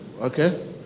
Okay